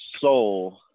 soul